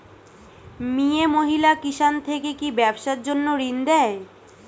মিয়ে মহিলা কিষান থেকে কি ব্যবসার জন্য ঋন দেয়?